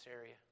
area